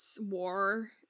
war